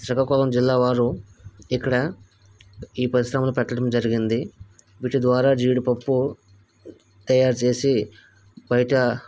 శ్రీకాకుళం జిల్లా వారు ఇక్కడ ఈ పరిశ్రమలు పెట్టడం జరిగింది వీటి ద్వారా జీడిపప్పు తయారు చేసి బయట